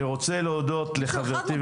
אני רוצה להודות לחברתי,